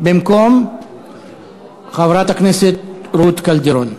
במקום חברת הכנסת רות קלדרון.